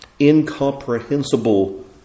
incomprehensible